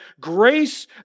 grace